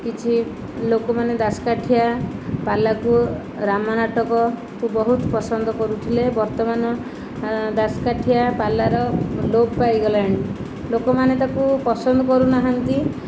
କିଛି ଲୋକମାନେ ଦାଶକାଠିଆ ପାଲାକୁ ରାମ ନାଟକକୁ ବହୁତ ପସନ୍ଦ କରୁଥିଲେ ବର୍ତ୍ତମାନ ଦାଶକାଠିଆ ପାଲାର ଲୋପ ପାଇଗଲାଣି ଲୋକମାନେ ତାକୁ ପସନ୍ଦ କରୁନାହାନ୍ତି